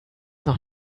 noch